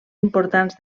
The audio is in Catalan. importants